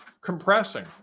compressing